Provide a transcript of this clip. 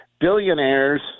billionaires